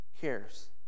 cares